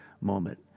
moment